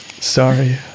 Sorry